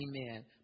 Amen